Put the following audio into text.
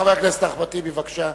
חבר הכנסת אחמד טיבי, בבקשה.